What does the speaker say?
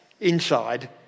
inside